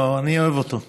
אני אוהב אותו.